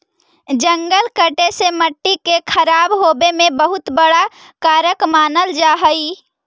जंगल कटे से मट्टी के खराब होवे में बहुत बड़ा कारक मानल जा हइ